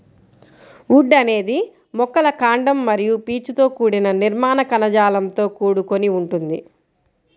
would అనేది మొక్కల కాండం మరియు పీచుతో కూడిన నిర్మాణ కణజాలంతో కూడుకొని ఉంటుంది